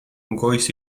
goiz